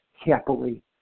happily